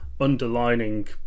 underlining